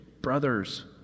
brothers